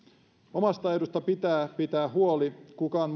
omasta edusta pitää pitää huoli kukaan